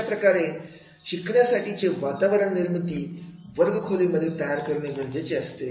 अशाप्रकारे शिकण्यासाठी चे वातावरण निर्मिती वर्ग खोली मध्ये करणे गरजेचे असते